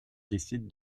décident